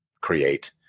create